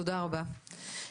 תודה רבה סיגל.